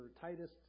Titus